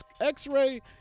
x-ray